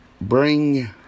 bring